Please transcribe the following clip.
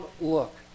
look